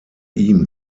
ihm